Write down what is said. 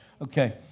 Okay